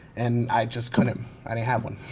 and i just couldn't, i didn't have one.